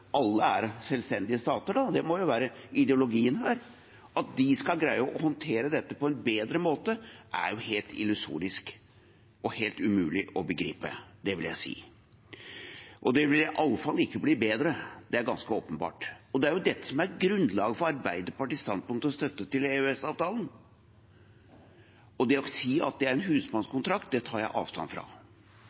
alle skal være selvstendige stater. Det er helt illusorisk og helt umulig å begripe, vil jeg si. Og det vil i alle fall ikke bli bedre, det er ganske åpenbart. Det er dette som er grunnlaget for Arbeiderpartiets standpunkt og støtte til EØS-avtalen. Det å si at det er en husmannskontrakt, tar jeg avstand fra.